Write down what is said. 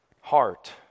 heart